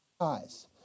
eyes